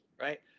right